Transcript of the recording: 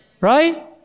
right